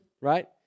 right